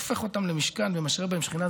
הופך אותם למשכן ומשרה בהם שכינה,